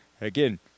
Again